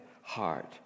heart